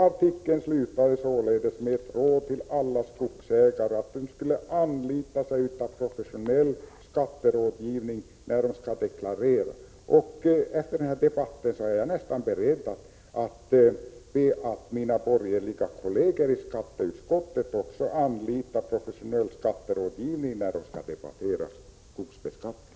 Artikeln slutade således med ett råd till alla skogsägare att anlita professionell skatterådgivning när de skall deklarera. Efter den här debatten är jag nästan beredd att be mina borgerliga kollegor i skatteutskottet att också anlita professionell skatterådgivning när de skall debattera skogsbeskattningen.